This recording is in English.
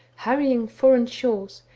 harrying foreign shores,